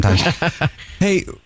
Hey